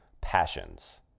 passions